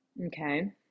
Okay